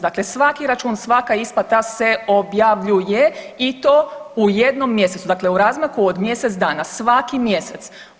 Dakle svaki račun, svaka isplata se objavljuje i to u jednom mjesecu, dakle u razmaku od mjesec dana, svaki mjesec.